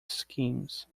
schemes